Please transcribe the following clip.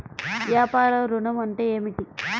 వ్యాపార ఋణం అంటే ఏమిటి?